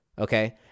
okay